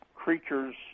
creatures